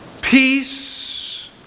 peace